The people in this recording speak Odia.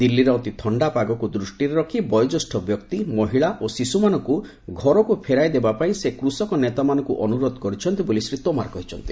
ଦିଲ୍ଲୀର ଅତି ଥଣ୍ଡା ପାଗକୁ ଦୃଷ୍ଟିରେ ରଖି ବୟୋଜ୍ୟୋଷ୍ଠ ବ୍ୟକ୍ତି ମହିଳା ଓ ଶିଶୁମାନଙ୍କୁ ଘରକୁ ଫେରାଇଦେବା ପାଇଁ ସେ କୃଷକ ନେତାମାନଙ୍କୁ ଅନୁରୋଧ କରିଛନ୍ତି ବୋଲି ଶ୍ରୀ ତୋମାର କହିଛନ୍ତି